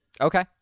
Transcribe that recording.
Okay